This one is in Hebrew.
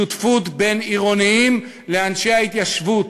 שותפות בין עירונים לאנשי ההתיישבות,